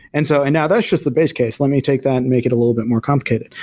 and so and now that's just the base case. let me take that and make it a little bit more complicated.